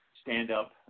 stand-up